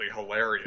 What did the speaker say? hilarious